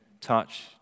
touch